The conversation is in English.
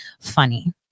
funny